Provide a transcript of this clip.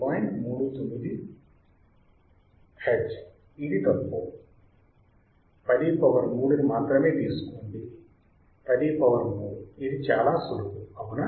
309 hertz ఇది తప్పు 103 ని మాత్రమే తీసుకోండి 103 ఇది చాలా సులువు అవునా